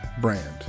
brand